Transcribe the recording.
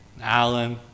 Alan